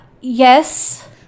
yes